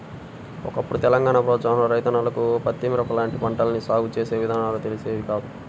ఒకప్పుడు తెలంగాణా ప్రాంతంలోని రైతన్నలకు పత్తి, మిరప లాంటి పంటల్ని సాగు చేసే విధానాలు తెలిసేవి కాదు